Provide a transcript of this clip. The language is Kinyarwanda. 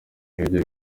ibyo